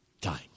time